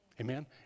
Amen